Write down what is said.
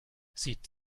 sieht